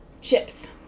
chips